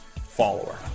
follower